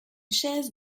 chaise